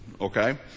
Okay